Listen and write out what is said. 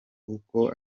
uko